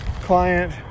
client